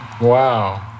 Wow